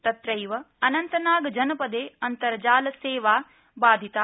तत्रैव अनन्तनाग जनपदे अन्तर्जालसेवा बाधिता